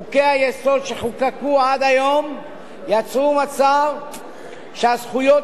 חוקי-היסוד שחוקקו עד היום יצרו מצב שהזכויות